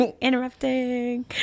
Interrupting